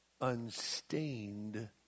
unstained